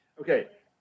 Okay